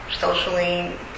socially